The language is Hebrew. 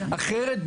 אחרת,